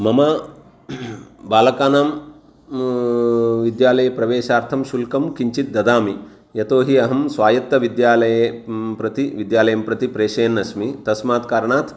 मम बालकानां विद्यालये प्रवेशार्थं शुल्कं किञ्चित् ददामि यतो हि अहं स्वायत्तविद्यालये प्रति विद्यालयं प्रति प्रेषयन् अस्मि तस्मात् कारणात्